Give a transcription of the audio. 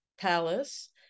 palace